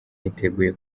niteguye